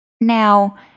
Now